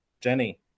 Jenny